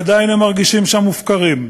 עדיין הם מרגישים שם מופקרים.